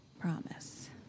Promise